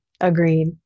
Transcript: agreed